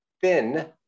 Thin